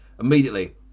Immediately